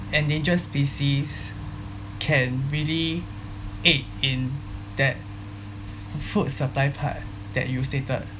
endangered species can really aid in that food supply part that you stated